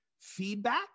feedback